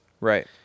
Right